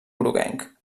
groguenc